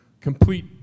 complete